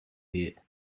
here